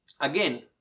Again